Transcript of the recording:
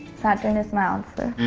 saturn is my answer.